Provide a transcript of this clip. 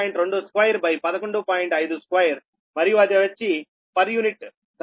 52 మరియు అది వచ్చి పర్ యూనిట్ సరేనా